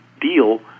deal